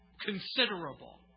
considerable